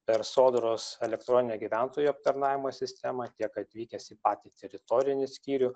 per sodros elektroninę gyventojų aptarnavimo sistemą tiek atvykęs į patį teritorinį skyrių